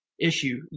issue